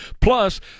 Plus